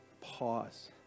pause